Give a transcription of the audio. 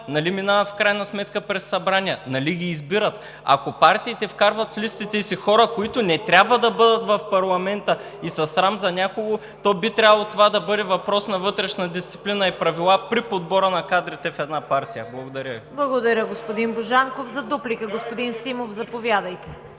Нали минават в крайна сметка през събрания, нали ги избират? Ако партиите вкарват в листите си хора, които не трябва да бъдат в парламента и са срам за някого, то би трябвало това да бъде въпрос на вътрешна дисциплина и правила при подбора на кадрите в една партия. Благодаря Ви. ПРЕДСЕДАТЕЛ ЦВЕТА КАРАЯНЧЕВА: Благодаря, господин Божанков. За дуплика заповядайте,